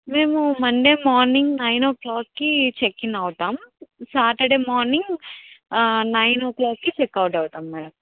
మేము Monday morning nine ఓ క్లాక్కి చెక్ ఇన్ అవుతాం సాటర్డే మార్నింగ్ నైన్ ఓ క్లాక్కి చెక్ అవుట్ అవుతాం మేడం